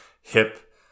hip